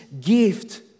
gift